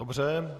Dobře.